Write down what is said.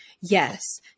Yes